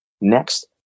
next